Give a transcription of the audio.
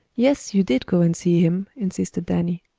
yes, you did go and see him, insisted danny.